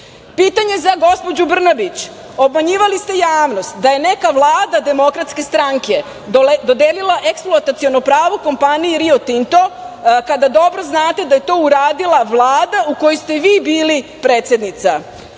za gospođu Brnabić. Obmanjivali ste javnost da je neka Vlada Demokratske stranke dodelila eksploataciono pravo kompaniji Rio Tinto, kada dobro znate da je to uradila Vlada u kojoj ste vi bili predsednica? Imam